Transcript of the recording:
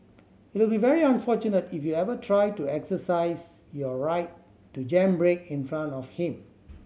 it will be very unfortunate if you ever try to exercise your right to jam brake in front of him